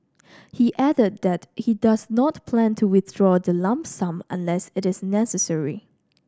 he added that he does not plan to withdraw the lump sum unless it is necessary